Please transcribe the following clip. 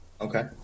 Okay